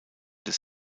des